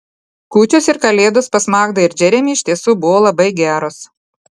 kūčios ir kalėdos pas magdą ir džeremį iš tiesų buvo labai geros